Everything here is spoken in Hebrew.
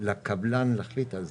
לקבלן להחליט על זה,